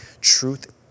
Truth